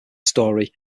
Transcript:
story